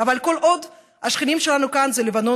אבל כל עוד השכנים שלנו כאן זה לבנון